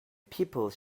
people